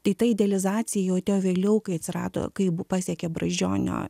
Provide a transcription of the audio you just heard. tai ta idealizacija jau atėjo vėliau kai atsirado kai pasiekė brazdžionio